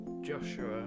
Joshua